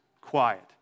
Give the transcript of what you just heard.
quiet